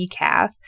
decaf